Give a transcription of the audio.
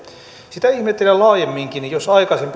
sitä ihmettelen laajemminkin jos aikaisempi